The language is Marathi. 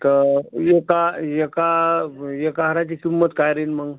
तर एका एका एका हाराची किंमत काय राहील मग